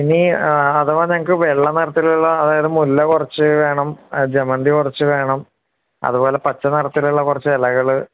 ഇനി അഥവാ ഞങ്ങള്ക്ക് വെള്ള നിറത്തിലുള്ള അതായത് മുല്ല കുറച്ച് വേണം ജമന്തി കുറച്ച് വേണം അതുപോലെ പച്ച നിറത്തിലുള്ള കുറച്ച് ഇലകള്